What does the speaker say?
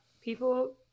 people